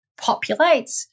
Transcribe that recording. populates